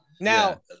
Now